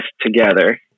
together